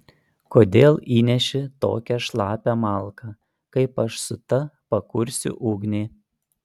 kodėl įneši tokią šlapią malką kaip aš su ta pakursiu ugnį